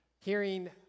hearing